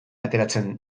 ateratzen